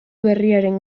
berriaren